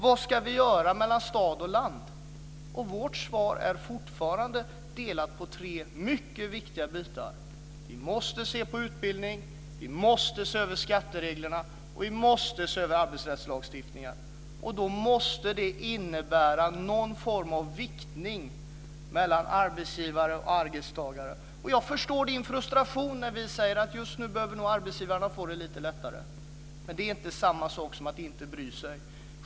Vad ska vi göra mellan stad och land? Vårt svar är fortfarande delat på tre mycket viktiga bitar: Vi måste se på utbildning, vi måste se över skattereglerna och vi måste se över arbetsrättslagstiftningen. Då måste det innebära någon form av viktning mellan arbetsgivare och arbetstagare. Jag förstår Hans Anderssons frustration när vi säger att arbetsgivarna behöver får det lite lättare. Det är inte samma sak som att inte bry sig.